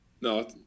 No